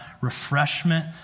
refreshment